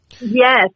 Yes